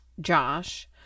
Josh